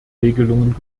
regelungen